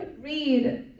read